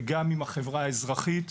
וגם עם החברה האזרחית,